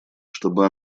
чтобы